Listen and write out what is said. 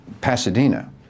Pasadena